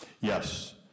Yes